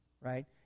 Right